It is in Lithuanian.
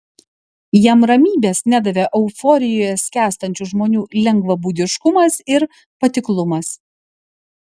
jam ramybės nedavė euforijoje skęstančių žmonių lengvabūdiškumas ir patiklumas